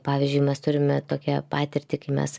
pavyzdžiui mes turime tokią patirtį kai mes